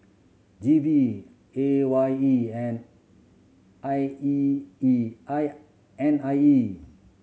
G V A Y E and I E E I and N I E